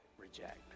reject